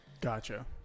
Gotcha